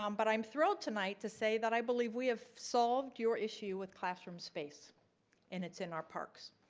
um but i'm thrilled tonight to say that i believe we have solved your issue with classroom space and it's in our parks.